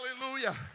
Hallelujah